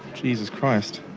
jesus christ,